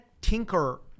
tinker